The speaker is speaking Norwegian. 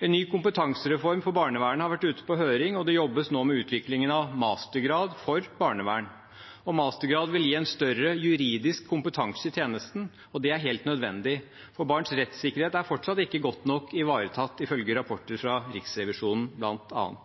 En ny kompetansereform for barnevernet har vært ute på høring, og det jobbes nå med utviklingen av mastergrad for barnevern. Mastergrad vil gi en større juridisk kompetanse i tjenesten, og det er helt nødvendig, for barns rettssikkerhet er fortsatt ikke godt nok ivaretatt, ifølge rapporter fra bl.a. Riksrevisjonen.